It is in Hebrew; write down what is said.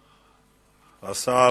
השר,